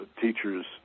teachers